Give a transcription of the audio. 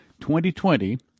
2020